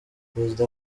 perezida